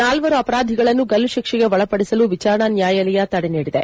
ನಾಲ್ವರು ಅಪರಾಧಿಗಳನ್ನು ಗಲ್ಲು ಶಿಕ್ಷೆಗೆ ಒಳಪಡಿಸಲು ವಿಚಾರಣಾ ನ್ವಾಯಾಲಯ ತಡೆ ನೀಡಿದೆ